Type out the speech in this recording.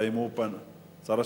אם הוא